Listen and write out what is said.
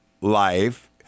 life